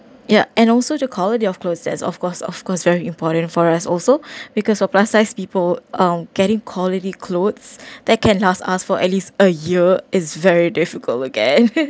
ya and also the quality of cloth as of course of course very important for us also because uh plus sized people are getting quality clothes that can last asked for at least a year is very difficult okay